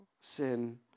sin